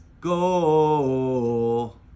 goal